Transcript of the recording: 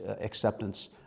acceptance